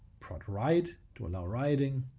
prot write to allow writing,